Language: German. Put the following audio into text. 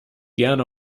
gerne